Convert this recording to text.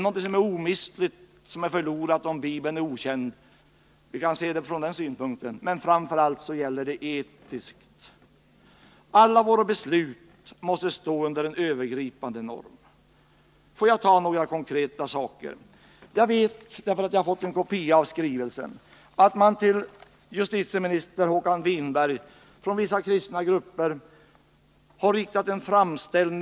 Någonting som är omistligt går förlorat om Bibeln är okänd — vi kan se det från den synpunkten också. Alla våra beslut måste stå under en övergripande norm. Låt mig ta några konkreta saker. Jag har fått en kopia av en skrivelse från vissa kristna grupper till justitieministern.